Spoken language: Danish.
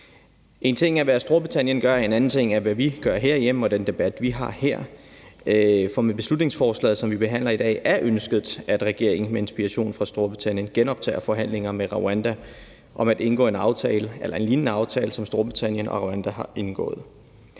Én ting er, hvad Storbritannien gør, men en anden ting er, hvad vi gør herhjemme, og hvad det er for en debat, vi har her. For med beslutningsforslaget, som vi behandler i dag, er ønsket, at regeringen med inspiration fra Storbritannien genoptager forhandlinger med Rwanda om at indgå en lignende aftale som den aftale, som Storbritannien og Rwanda har indgået,